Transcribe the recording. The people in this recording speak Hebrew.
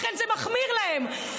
לכן זה מחמיר להם.